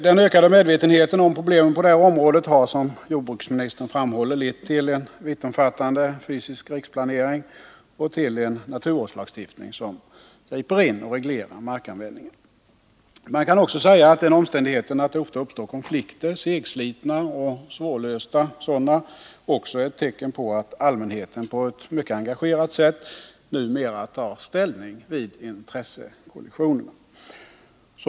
Den ökade medvetenheten om problemen på det här området har, som jordbruksministern framhåller, lett till en vittomfattande fysisk riksplanering och till en naturvårdslagstiftning som griper in i och reglerar markanvändningen. Man kan också säga att den omständigheten att det ofta uppstår konflikter, segslitna och svårlösta sådana, är ett tecken på att allmänheten på ett mycket engagerat sätt tar ställning vid intressekollisioner.